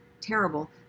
terrible